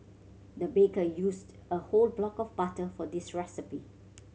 the baker used a whole block of butter for this recipe